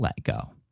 letgo